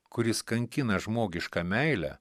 kuris kankina žmogišką meilę